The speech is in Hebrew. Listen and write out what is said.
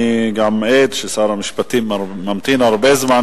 אני עד ששר המשפטים ממתין כאן הרבה זמן,